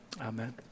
Amen